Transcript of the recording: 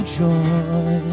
joy